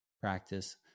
practice